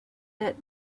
that